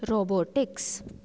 robotics